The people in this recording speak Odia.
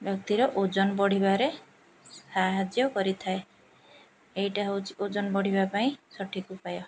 ବ୍ୟକ୍ତିର ଓଜନ ବଢ଼ିବାରେ ସାହାଯ୍ୟ କରିଥାଏ ଏଇଟା ହେଉଛି ଓଜନ ବଢ଼ିବା ପାଇଁ ସଠିକ୍ ଉପାୟ